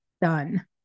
done